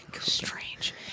Strange